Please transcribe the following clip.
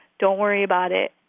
don't worry about it.